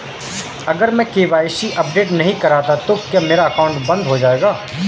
अगर मैं KYC update नहीं करता तो क्या मेरा अकाउंट बंद हो जाएगा?